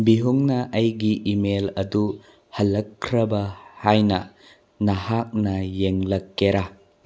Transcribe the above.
ꯕꯤꯍꯨꯡꯅ ꯑꯩꯒꯤ ꯏꯃꯦꯜ ꯑꯗꯨ ꯍꯜꯂꯛꯈ꯭ꯔꯕ ꯍꯥꯏꯅ ꯅꯍꯥꯛꯅ ꯌꯦꯡꯂꯛꯀꯦꯔꯥ